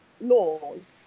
laws